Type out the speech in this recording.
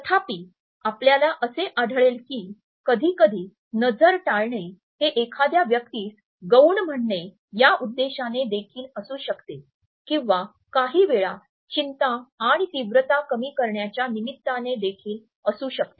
तथापि आपल्याला असे आढळेल की कधीकधी नजर टाळणे हे एखाद्या व्यक्तीस गौण म्हणणे या उद्देशाने देखील असू शकते किंवा काहीवेळा चिंता आणि तीव्रता कमी करण्याच्या निमित्ताने देखील असू शकते